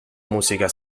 musica